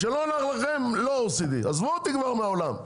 כשלא נוח לכם לא OECD. עזבו אותי כבר מהעולם,